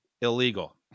illegal